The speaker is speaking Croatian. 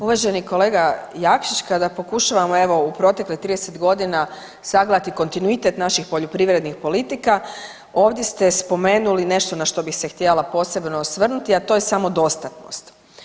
Uvaženi kolega Jakšić kada pokušavamo evo u proteklih 30 godina sagledati kontinuitet naših poljoprivrednih politika, ovdje ste spomenuli nešto na što bih se htjela posebno osvrnuti, a to je samodostatnost.